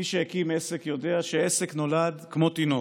מי שהקים עסק יודע שעסק נולד כמו תינוק: